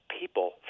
people